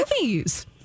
Movies